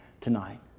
tonight